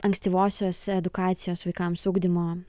ankstyvosios edukacijos vaikams ugdymo